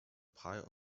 pile